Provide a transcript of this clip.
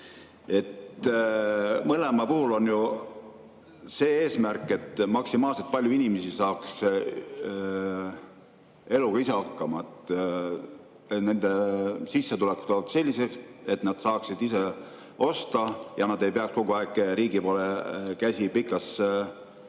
Mõlema puhul on ju see eesmärk, et maksimaalselt palju inimesi saaks eluga ise hakkama, et nende sissetulekud oleksid sellised, et nad saaksid ise osta ja nad ei peaks kogu aeg riigi poole, käsi pikal,